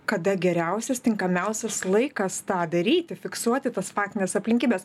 kada geriausias tinkamiausias laikas tą daryti fiksuoti tas faktines aplinkybes